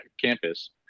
campus